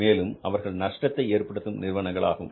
மேலும் அவர்கள் நஷ்டத்தை ஏற்படுத்தும் நிறுவனங்களாகும்